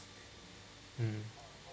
mm